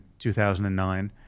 2009